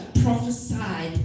prophesied